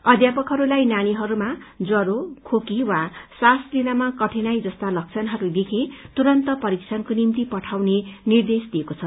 अध्यापकहरूलाई नानीहरूमा ज्वरो खोकी वा श्वास लिनमा कठिनाई यस्ता लक्षणहरू देखिए तुरन्त परीक्षणको निम्ति पठाउने निर्देश दिइएको छ